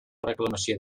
reclamació